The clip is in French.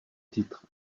titre